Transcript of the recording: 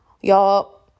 y'all